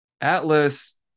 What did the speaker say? Atlas